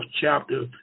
chapter